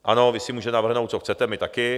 Ano, vy si můžete navrhnout, co chcete, my taky.